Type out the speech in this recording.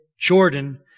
Jordan